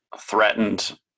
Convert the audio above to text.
threatened